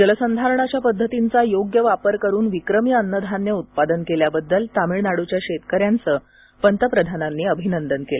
जलसंधारणाच्या पद्धतींचा योग्य वापर करून विक्रमी अन्नधान्य उत्पादन केल्याबद्दल तामिळनाडूच्या शेतकऱ्यांचं पंतप्रधान नरेंद्र मोदी यांनी अभिनंदन केलं